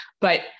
but-